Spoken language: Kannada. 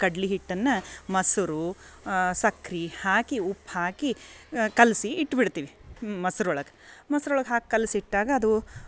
ಕಡ್ಲೆಹಿಟ್ಟನ್ನ ಮೊಸರು ಸಕ್ರೆ ಹಾಕಿ ಉಪ್ಪು ಹಾಕಿ ಕಲಸಿ ಇಟ್ಟುಬಿಡ್ತೀವಿ ಮಸ್ರೊಳಗೆ ಮಸ್ರೊಳಗೆ ಹಾಕಿ ಕಲಸಿ ಇಟ್ಟಾಗ ಅದು